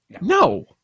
no